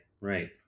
right